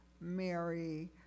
Mary